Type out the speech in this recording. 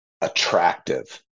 attractive